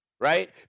Right